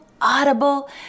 audible